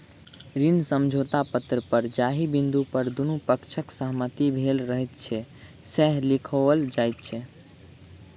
ऋण समझौता पत्र पर जाहि बिन्दु पर दुनू पक्षक सहमति भेल रहैत छै, से लिखाओल जाइत छै